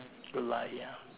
good life ya